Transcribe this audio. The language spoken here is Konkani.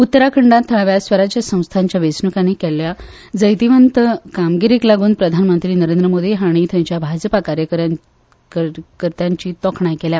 उत्तराखंडात थळाव्या स्वराज संस्थांच्या वेंचणुकांनी केल्ल्या जैतवंत कामगिरीक लागून प्रधानमंत्री नरेंद्र मोदी हांणी थंयच्या भाजपा कार्यकर्त्यांची तोखणाय केल्या